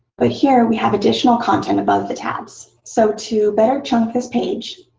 but here we have additional content above the tabs. so to better chunk this page